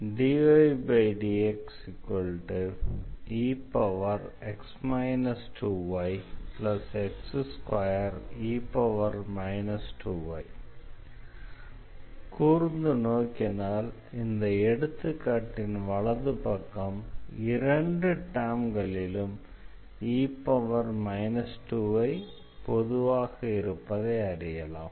dydxex 2yx2e 2y கூர்ந்து நோக்கினால் இந்த எடுத்துக்காட்டின் வலது பக்கம் இரண்டு டெர்ம்களிலும் e 2y பொதுவாக இருப்பதை அறியலாம்